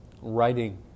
Writing